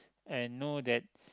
and know that